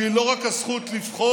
שהיא לא רק הזכות לבחור,